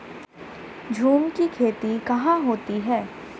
झूम की खेती कहाँ होती है?